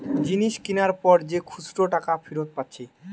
জিনিস কিনার পর যে খুচরা টাকা ফিরত পাচ্ছে